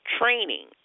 training